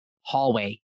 hallway